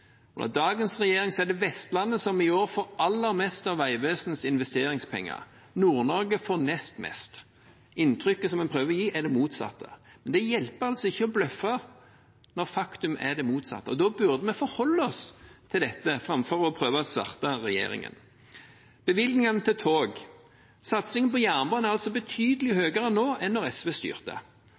Under dagens regjering er det Vestlandet som i år får aller mest av Vegvesenets investeringspenger. Nord-Norge får nest mest. Inntrykket som en prøver å gi, er det motsatte. Det hjelper ikke å bløffe når faktum er det motsatte, og da burde vi forholde oss til dette framfor å prøve å sverte regjeringen. Bevilgningene til tog, satsingen på jernbane, er betydelig høyere nå enn da SV styrte.